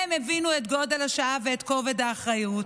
הם הבינו את גודל השעה ואת כובד האחריות.